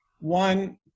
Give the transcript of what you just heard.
One